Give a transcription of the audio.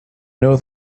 know